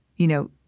you know,